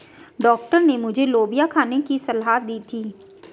doctor ने मुझे लोबिया खाने की सलाह दी थी